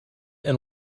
and